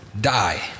die